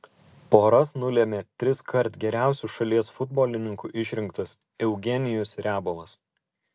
poras nulėmė triskart geriausiu šalies futbolininku išrinktas eugenijus riabovas